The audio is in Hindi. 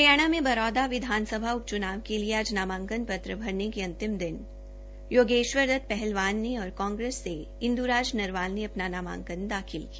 हरियाणा के बरोदा विधानसभा उप च्नाव के लिए आज नामांकन पत्र भरने के अंतिम दिन योगेश्वर दत्त पहलवान ने और कांग्रेस से इंद्राज नरवाल ने अपना नामांकन दाखिल किया